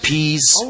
Peace